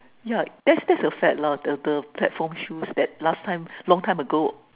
yeah that's that's a fact lah the the platform shoes that last time long time ago